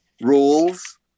rules